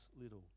little